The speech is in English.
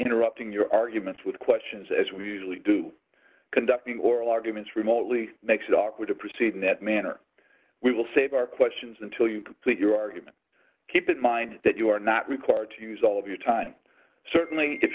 interrupting your arguments with questions as we usually do conducting oral arguments remotely makes it awkward to proceed in that manner we will save our questions until you complete your argument keep in mind that you are not required to use all of your time certainly if